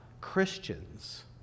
Christians